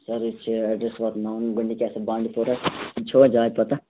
سر یہِ چھِ گۄڈنِچ آسہِ بانڈی پورا چھَوا جاے پتہ